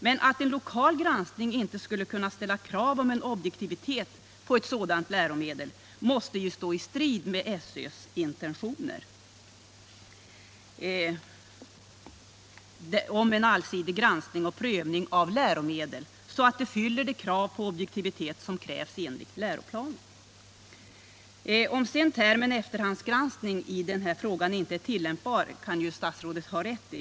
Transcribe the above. Men att man vid en lokal granskning inte skulle kunna ställa krav om objektivitet på ett sådant läromedel måste ju stå i strid med SÖ:s intentioner. Att termen efterhandsgranskning i denna fråga inte är tillämpbar kan ju statsrådet ha rätt i.